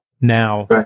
now